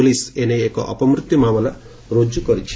police ଏ ନେଇ ଏ ଅପମୃତ୍ୟୁ ମାମଲା ରୁଜୁ କରିଛି